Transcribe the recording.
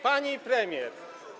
Pani Premier!